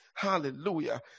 Hallelujah